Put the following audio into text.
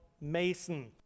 Mason